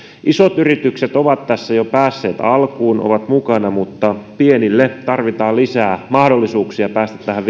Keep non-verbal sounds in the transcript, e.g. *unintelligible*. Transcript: isot yritykset ovat tässä jo päässeet alkuun ovat mukana mutta pienille tarvitaan lisää mahdollisuuksia päästä tähän *unintelligible*